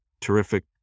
terrific